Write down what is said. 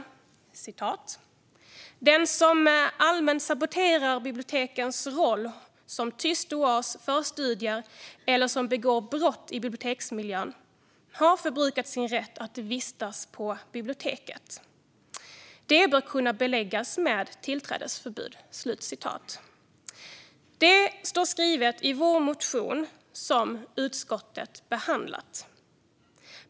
Detta står skrivet i vår motion som utskottet behandlat: Den som allmänt saboterar bibliotekens roll som tyst oas för studier, eller som begår brott i biblioteksmiljön, har förbrukat sin rätt att vistas på biblioteket. De bör kunna beläggas med tillträdesförbud.